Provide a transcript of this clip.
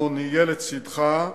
אנחנו נהיה לצדך,